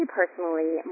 personally